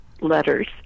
letters